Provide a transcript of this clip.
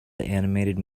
animated